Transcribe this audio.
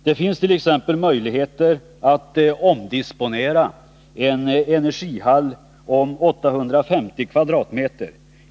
Det finns t.ex. möjligheter att omdisponera en energihall om 850 m?